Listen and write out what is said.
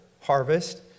harvest